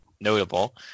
notable